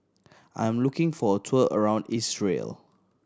I am looking for a tour around Israel